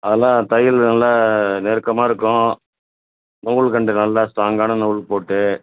அதெல்லாம் தையல் நல்லா நெருக்கமாக இருக்கும் நூல்கண்டு நல்லா ஸ்ட்ராங்கான நூல் போட்டு